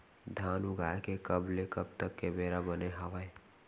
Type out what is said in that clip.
धान उगाए के कब ले कब तक के बेरा बने हावय?